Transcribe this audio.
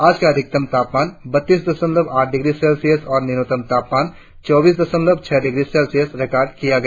आज का अधिकतम तापमान बत्तीस दशमलव आठ डिग्री सेल्सियस और न्यूनतम तापमान चौबीस दशमलव छह डिग्री सेल्सियस रिकार्ड किया गया